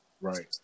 right